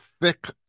thick